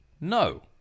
No